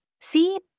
see